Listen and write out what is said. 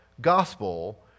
gospel